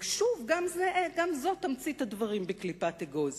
שוב, גם זו תמצית הדברים בקליפת אגוז.